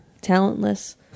talentless